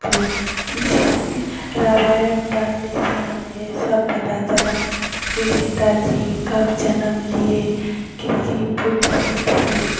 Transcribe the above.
तो इसी रामायण पढ़ने से हमें ये सब पता चला कि सीता जी कब जनम लिए किसकी पुत्री थी